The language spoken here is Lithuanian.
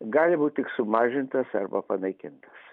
gali būt tik sumažintas arba panaikintas